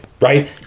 right